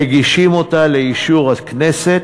מגישים אותה לאישור הכנסת,